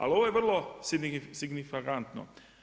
Ali ovo je vrlo signifikantno.